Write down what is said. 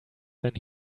than